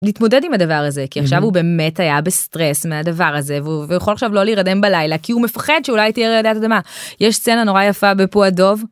להתמודד עם הדבר הזה כי עכשיו הוא באמת היה בסטרס מהדבר הזה והוא יכול עכשיו לא להירדם בלילה כי הוא מפחד שאולי תהיה רעידת אדמה יש סצנה נורא יפה בפו הדוב.